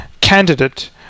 candidate